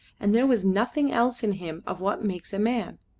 and there was nothing else in him of what makes a man.